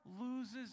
loses